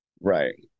Right